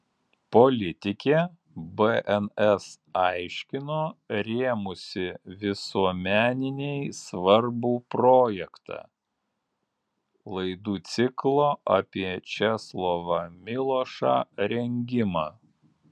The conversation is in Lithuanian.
politikė bns aiškino rėmusi visuomeninei svarbų projektą laidų ciklo apie česlovą milošą rengimą